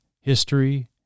History